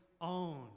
own